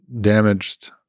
damaged